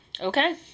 Okay